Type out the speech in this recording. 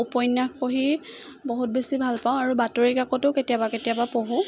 উপন্যাস পঢ়ি বহুত বেছি ভাল পাওঁ আৰু বাতৰিকাকতো কেতিয়াবা কেতিয়াবা পঢ়োঁ